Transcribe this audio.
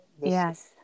yes